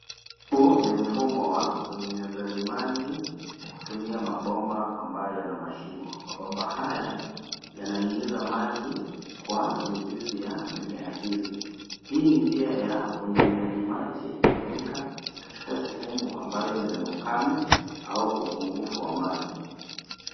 Huu ni mfumo wa unyunyizaji maji wa kutumia mabomba yenye mashimo. Mabomba haya yananyunyiza maji kwa mizizi ya mimea hizi. Hii njia ya unyunyizaji maji hutumika katika sehemu ambazo zina ukame au upungufu wa maji.